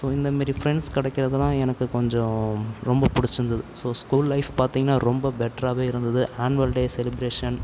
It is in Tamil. ஸோ இந்த மாரி ஃபிரெண்ட்ஸ் கிடைக்குறதெல்லாம் எனக்கு கொஞ்சம் ரொம்ப பிடிச்சிருந்தது ஸோ ஸ்கூல் லைஃப் பார்த்திங்கன்னா ரொம்ப பெட்டராகவே இருந்தது ஆன்வல் டே செலிப்ரேஷன்